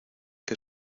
que